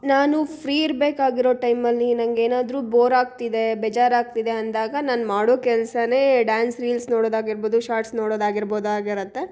ನಾನು ಫ್ರೀ ಇರಬೇಕಾಗಿರೊ ಟೈಮಲ್ಲಿ ನನಗೇನಾದ್ರೂ ಬೋರ್ ಆಗ್ತಿದೆ ಬೇಜಾರಾಗ್ತಿದೆ ಅಂದಾಗ ನಾನು ಮಾಡೋ ಕೆಲ್ಸವೇ ಡ್ಯಾನ್ಸ್ ರೀಲ್ಸ್ ನೋಡೋದಾಗಿರ್ಬೋದು ಶಾರ್ಟ್ಸ್ ನೋಡೋದಾಗಿರ್ಬೋದು ಆಗಿರುತ್ತೆ